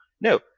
no